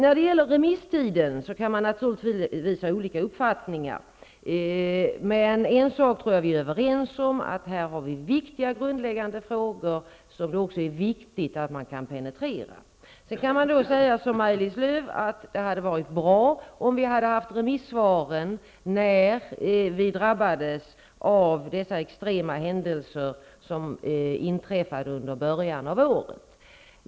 När det gäller remisstiden kan man naturligtvis ha olika uppfattningar, men jag tror att vi är överens om att detta är viktiga, grundläggande frågor som det också är viktigt att penetrera. Man kan säga, som Maj-Lis Lööw, att det hade varit bra om vi hade haft remissvaren när vi drabbades av de extrema händelserna i början av året.